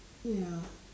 ya